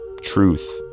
truth